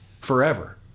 Forever